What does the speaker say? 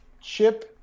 Chip